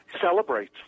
celebrate